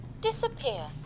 disappear